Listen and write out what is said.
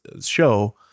show